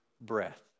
breath